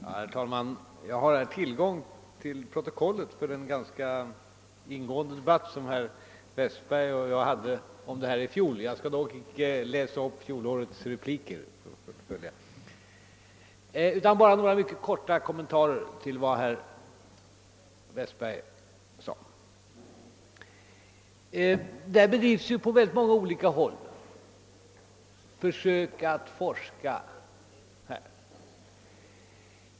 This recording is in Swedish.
Herr talman! Jag har tillgång till protokollet från den ganska ingående debatt som herr Westberg och jag hade beträffande denna fråga i fjol. Jag skall dock inte läsa upp fjolårets repliker utan bara göra några korta kommentarer i anledning av herr Westbergs anförande. På många olika håll bedrivs försök att forska på detta område.